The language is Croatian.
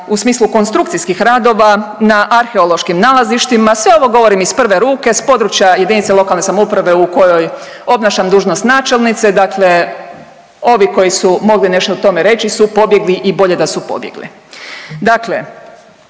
u smislu konstrukcijskih radova na arheološkim nalazištima, sve ovo govorim iz prve ruke s područja jedinice lokalne samouprave u kojoj obnašam dužnost načelnice, dakle ovi koji su mogli nešto o tome reći su pobjegli i bolje da su pobjegli.